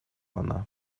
она